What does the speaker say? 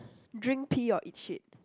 drink pee or eat shit